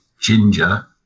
ginger